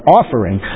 offering